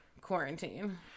quarantine